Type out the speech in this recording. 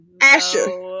Asher